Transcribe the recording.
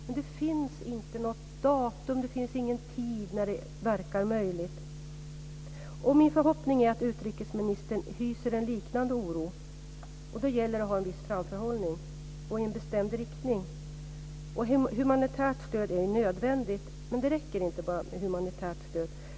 Men det finns inte något datum eller tidpunkt då det verkar möjligt. Min förhoppning är att utrikesministern hyser en liknande oro. Då gäller det att ha en viss framförhållning och en bestämd riktning. Humanitärt stöd är ju nödvändigt. Men det räcker inte med det.